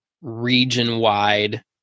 region-wide